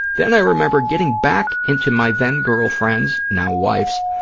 then i remember getting back into my then-girlfriend's, now-wife's,